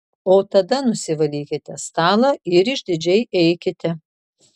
o tada nusivalykite stalą ir išdidžiai eikite